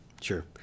Sure